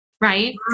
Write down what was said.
Right